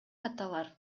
каталар